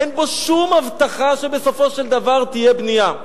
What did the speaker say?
אין בו שום הבטחה שבסופו של דבר תהיה בנייה.